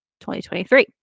2023